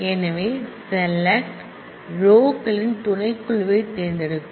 எனவே select row களின் துணைக்குழுவைத் தேர்ந்தெடுக்கும்